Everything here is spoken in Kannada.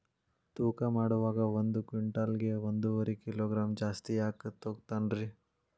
ತೂಕಮಾಡುವಾಗ ಒಂದು ಕ್ವಿಂಟಾಲ್ ಗೆ ಒಂದುವರಿ ಕಿಲೋಗ್ರಾಂ ಜಾಸ್ತಿ ಯಾಕ ತೂಗ್ತಾನ ರೇ?